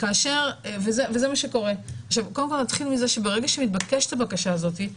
נתחיל מזה שברגע שמתבקשת הבקשה הזאת,